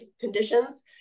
conditions